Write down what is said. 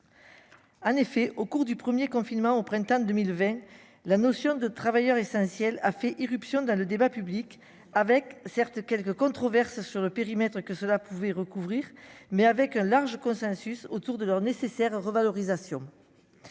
en effet au cours du premier confinement au printemps 2020 la notion de travailleurs essentiels a fait irruption dans le débat public avec certes quelques controverses sur le périmètre que cela pouvait recouvrir mais avec un large consensus autour de leur nécessaire revalorisation,